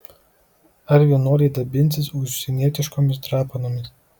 ar vienuoliai dabinsis užsienietiškomis drapanomis